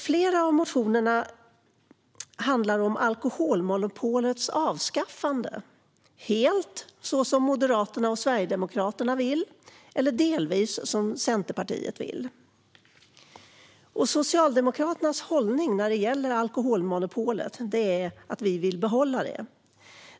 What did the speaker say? Flera motioner handlar om alkoholmonopolets avskaffande, antingen helt, som Moderaterna och Sverigedemokraterna vill, eller delvis, som Centerpartiet vill. Socialdemokraternas hållning när det gäller alkoholmonopolet är att vi vill behålla det.